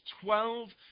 twelve